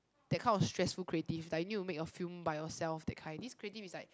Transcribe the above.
that kind of stressful creative like you need to make a film by yourself that kind this creative is like